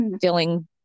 feeling